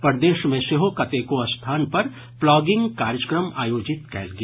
प्रदेश मे सेहो कतेको स्थान पर प्लॉगिंग कार्यक्रम आयोजित कयल गेल